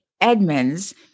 Edmonds